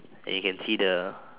and you can see the